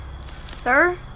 Sir